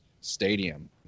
stadium